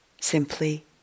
simply